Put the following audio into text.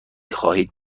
خواهید